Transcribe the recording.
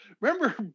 Remember